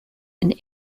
and